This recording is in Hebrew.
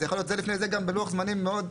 זה יכול להיות זה לפני זה גם בלוח זמנים מאוד,